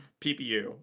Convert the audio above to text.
PPU